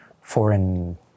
foreign